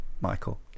Michael